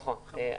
נכון.